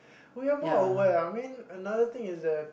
we are more aware I mean another thing is that